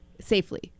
safely